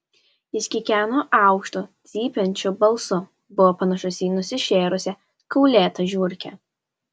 jis kikeno aukštu cypiančiu balsu buvo panašus į nusišėrusią kaulėtą žiurkę